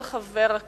של חבר הכנסת